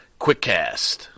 QuickCast